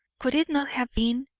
could it not have been